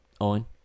Owen